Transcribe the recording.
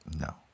No